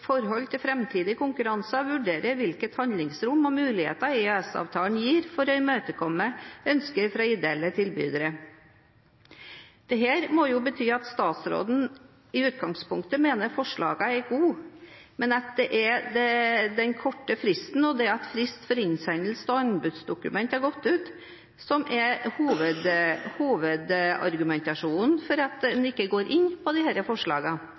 forhold til fremtidige konkurranser vurdere hvilket handlingsrom og muligheter EØS-avtalen gir for å imøtekomme ønsker fra ideelle tilbydere.» Dette må jo bety at statsråden i utgangspunktet mener at forslagene er gode, men at det er den korte fristen og det at frist for innsendelse av anbudsdokumenter er gått ut, som er hovedargumentasjonen for at en ikke går inn